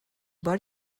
بار